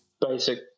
Basic